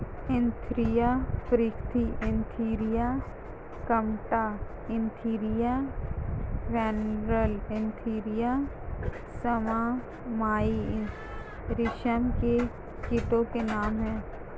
Antheraea frithi Antheraea compta Antheraea pernyi Antheraea yamamai रेशम के कीटो के नाम हैं